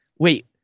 wait